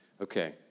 Okay